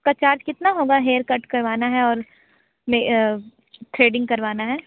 उसका चार्ज कितना होगा हेयर कट करवाना है और थ्रेडिंग करवाना है